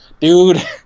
Dude